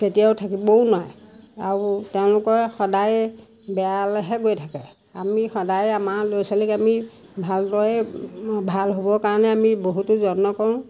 কেতিয়াও থাকিবও নোৱাৰে আৰু তেওঁলোকৰ সদায় বেয়ালৈহে গৈ থাকে আমি সদায় আমাৰ ল'ৰা ছোৱালীক আমি ভালদৰে ভাল হ'বৰ কাৰণে আমি বহুতো যত্ন কৰোঁ